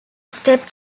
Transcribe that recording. step